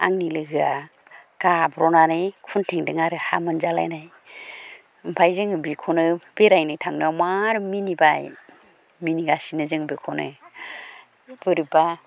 आंनि लोगोआ गाब्र'नानै खुनथेंदों आरो हा मोनजालायनाय ओमफाय जोङो बिखौनो बेरायनो थांनायाव मार मिनिबाय मिनिगासनो जों बेखौनो बोरैबा